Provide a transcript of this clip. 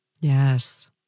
Yes